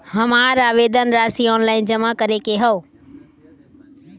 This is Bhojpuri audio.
हमार आवेदन राशि ऑनलाइन जमा करे के हौ?